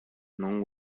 non